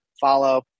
follow